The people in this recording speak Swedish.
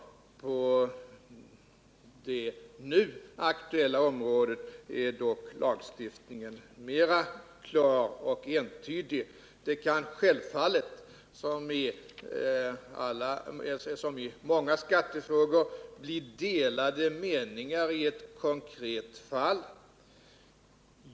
På det nu aktuella området är lagstiftningen mera klar och entydig, men självfallet kan det, som i många skattefrågor, bli delade meningar i ett konkret fall.